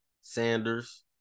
Sanders